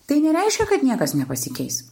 tai nereiškia kad niekas nepasikeis